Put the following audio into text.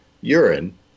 urine